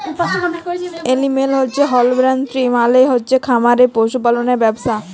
animal husbandry মালে হচ্ছে খামারে পশু পাললের ব্যবছা